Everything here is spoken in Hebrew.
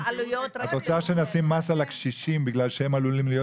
את רוצה שנשים מס על הקשישים בגלל שהם עלולים להיות סיעודיים?